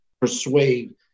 persuade